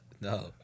no